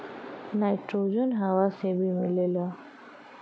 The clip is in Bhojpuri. नाइट्रोजन हवा से भी मिलेला